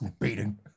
beating